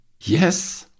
yes